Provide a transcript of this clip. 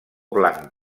blanc